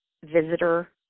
visitor